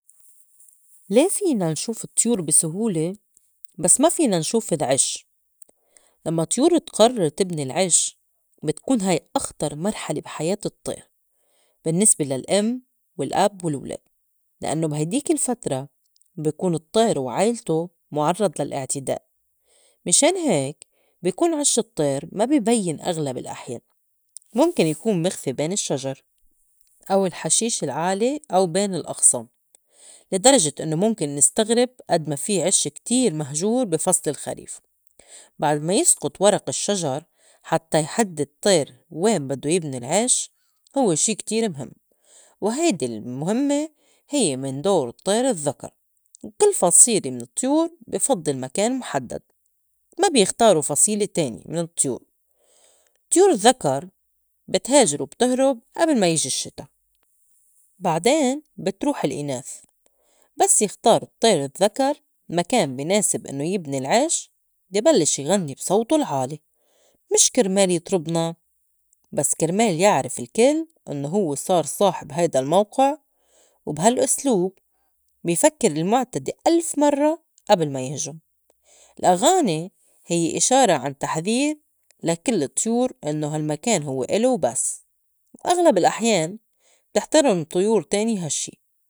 لي فينا نشوف الطيور بي سهولة بس ما فينا نشوف العش؟ لمّا الطيور تقرّر تبني العش بتكون هاي أخطر مرحلة بِحياة الطّير بالنّسبة للأم والأب والولاد لإنّو بهيديك الفترة بي كون الطّير وعيلتو مُعرّض للاعتداء ميشان هيك بي كون عِش الطّير ما بِبيّن أغلب الأحيان مُمكن يكون مخفي بين الشّجر أو الحشيش العالي أو بين الأغصان لا درجة إنّو مُمكن نستغرب أد ما في عِش كتير مهجور، بي فصل الخريف بعد ما يسقط ورق الشّجر حتّى يحدّد الطّير وين بدّو يبني العش هوّ شي كتير مهِم وهيدي المُهمّة هيّ من دور الطّير الذّكر وكل فصيلة من الطّيور بي فضّل مكان محدّد ما بيختارو فصيلة تانية من الطيور. طيور الذّكر بتهاجر وبتُهرُب قبل ما يجي الشّتا بعدين بتروح الإناث، بس يختار الطّير الذّكر مكان بي ناسب إنّو يبني العش بي بلّش يغنّي بصوتو العالي مش كرمال يطربنا بس كرمال يعرف الكل إنّو هوّ صار صاحب هيدا الموقع وبها لأسلوب بي فكّر المُعتدي ألف مرّة أبل ما يهجُم الأغاني هيّ إشارة عن تحذير لا كل الطيور إنّو هالمكان هوّ إلو وبس وأغلب الأحيان تحترم طيور تانية هاشّي.